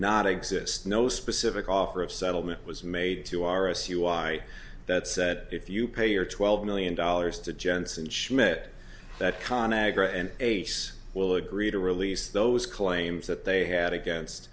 not exist no specific offer of settlement was made to r s u i that said if you pay your twelve million dollars to jensen schmidt that con agra and ace will agree to release those claims that they had against